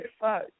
fuck